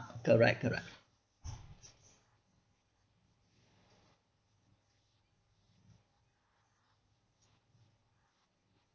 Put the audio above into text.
correct correct